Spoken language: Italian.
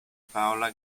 paola